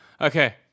Okay